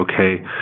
okay